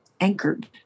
anchored